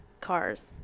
cars